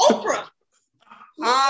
Oprah